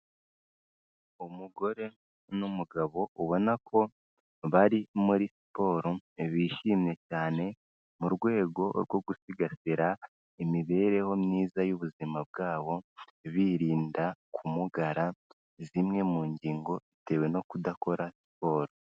Umugore n'umugabo ubona ko bari muri siporo ntibishimye cyane mu rwego rwo gusigasira imibereho myiza y'ubuzima bwabo birinda kumugara zimwe mu ngingo bitewe no kudakora siporo.